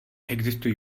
existují